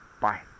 Bye